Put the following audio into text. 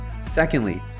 Secondly